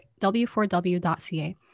w4w.ca